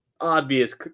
obvious